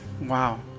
Wow